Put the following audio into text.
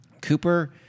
Cooper